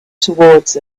towards